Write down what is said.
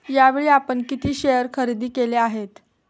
यावेळी आपण किती शेअर खरेदी केले आहेत?